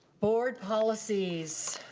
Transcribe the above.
board policies.